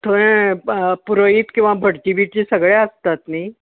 थंय पुरोहित किंवा भटजी बिटजी सगळे आसतात न्हय